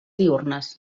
diürnes